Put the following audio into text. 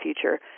future